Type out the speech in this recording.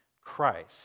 Christ